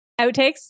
outtakes